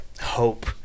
hope